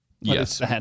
Yes